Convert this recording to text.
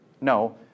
No